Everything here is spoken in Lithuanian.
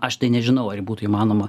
aš tai nežinau ar ji būtų įmanoma